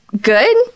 Good